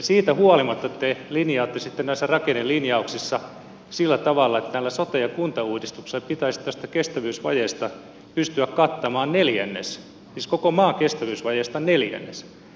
siitä huolimatta te linjaatte sitten näissä rakennelinjauksissa sillä tavalla että näillä sote ja kuntauudistuksilla pitäisi tästä kestävyysvajeesta pystyä kattamaan neljännes siis koko maan kestävyysvajeesta neljännes